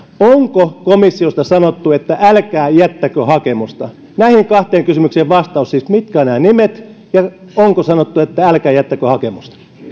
onko komissiosta sanottu että älkää jättäkö hakemusta näihin kahteen kysymykseen vastaus siis mitkä ovat nämä nimet ja onko sanottu että älkää jättäkö hakemusta